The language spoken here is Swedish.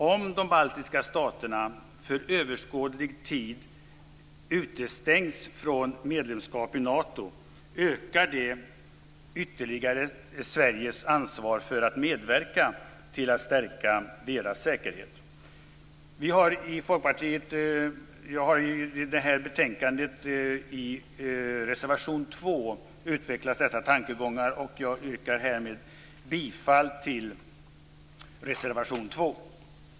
Om de baltiska staterna för överskådlig tid utestängs från medlemskap i Nato ökar det ytterligare Sveriges ansvar för att medverka till att stärka deras säkerhet. I reservation 2 i det här betänkandet har Folkpartiet utvecklat dessa tankegånger. Jag yrkar härmed bifall till reservation 2.